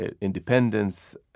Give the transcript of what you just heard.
independence